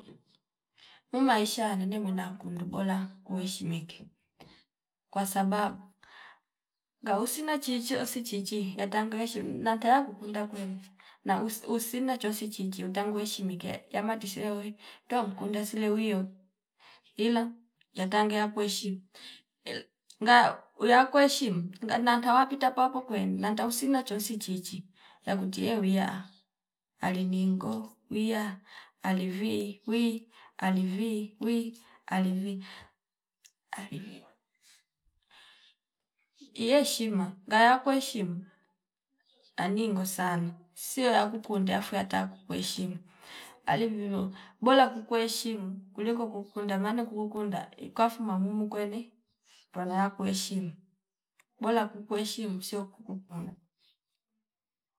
Umaisha yanene mwina kundu bola kuishimike kwasababu ngausina chicho usi chichi yatanga weshi nantaya kukwinda kwene na us- usina chonsi chichiki unda ngweshimkiya yamatashi weuyi toa mkunda sile wiyo ila lantagela kuishi nga uya kueshimu nga nantawa kwita papo kweni nanta usina chonsi chichi yakutie wewiya aliningo wiya alivi wii alivi alivi yeshima ngaya kuheshimu aningo sana siyo yakukundiya ndafu yata kuheshimu ali vivo bola kuku heshimu kuliko kunkunda maana kuku kunda ikafuma mumu kweni pano yakuheshimu bola kuku heshimu sio kukula